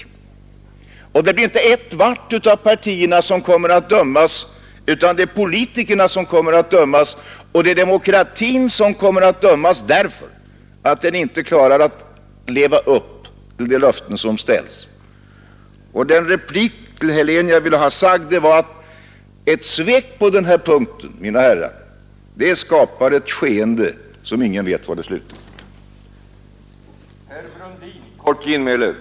Och det blir inte vart och ett av partierna som kommer att dömas utan det blir politikerna, som kommer att dömas. Det blir demokratin som kommer att dömas därför att den inte klarar av att leva upp till de löften som avgivits. Den replik jag ville rikta till herr Helén var att ett svek på den här punkten skapar ett skeende, vars slut man inte kan förutse.